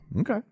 Okay